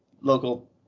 local